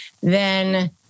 then-